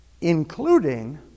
Including